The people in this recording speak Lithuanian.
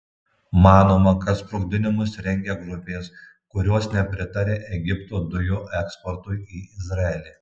manoma kad sprogdinimus rengia grupės kurios nepritaria egipto dujų eksportui į izraelį